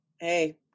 Hey